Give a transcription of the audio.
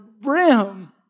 brim